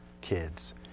kids